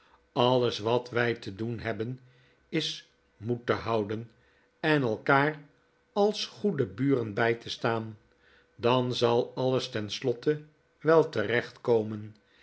alles wat wij te doen hebben is moed te houden en elkaar als goede buren bij te staan dan zal alles tenslotte wel